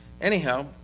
Anyhow